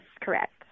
correct